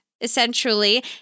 essentially